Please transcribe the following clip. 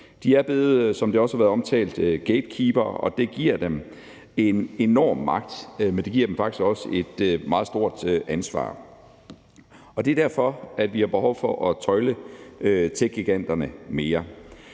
De er blevet, som det også har været omtalt, gatekeepere, og det giver dem en enorm magt, men det giver dem faktisk også et meget stort ansvar. Det er derfor, at vi har behov for at tøjle techgiganterne mere,